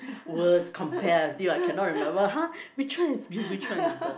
worst compare until I cannot remember !huh! which one is Bill which one is Bob